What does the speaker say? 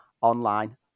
online